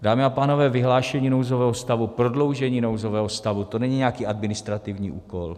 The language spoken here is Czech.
Dámy a pánové, vyhlášení nouzového stavu, prodloužení nouzového stavu, to není nějaký administrativní úkol.